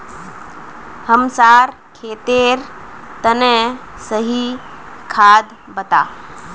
हमसार खेतेर तने सही खाद बता